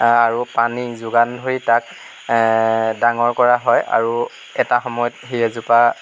আৰু পানী যোগান ধৰি তাক ডাঙৰ কৰা হয় আৰু এটা সময়ত সি এজোপা